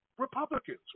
Republicans